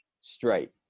straight